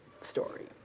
story